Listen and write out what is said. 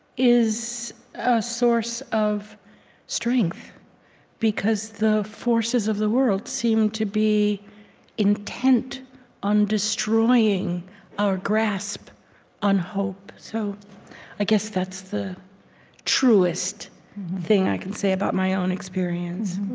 is a source of strength because the forces of the world seem to be intent on destroying our grasp on hope. so i guess that's the truest thing i can say about my own experience